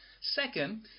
Second